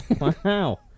Wow